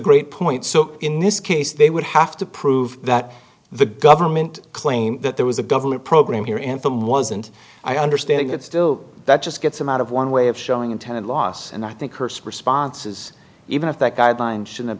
great point so in this case they would have to prove that the government claim that there was a government program here in film wasn't i understand it still that just gets them out of one way of showing intended loss and i think hearst responses even if that guideline should have